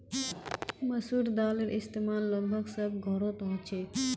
मसूर दालेर इस्तेमाल लगभग सब घोरोत होछे